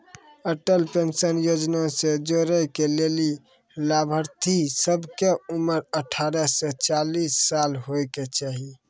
Atal pension Yojana से जुड़ै के लेली लाभार्थी सभ के उमर अठारह से चालीस साल होय के चाहि